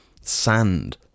sand